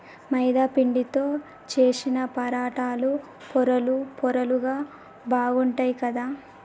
మైదా పిండితో చేశిన పరాటాలు పొరలు పొరలుగా బాగుంటాయ్ కదా